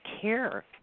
care